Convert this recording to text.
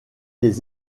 des